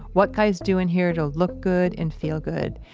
what guys do in here to look good and feel good.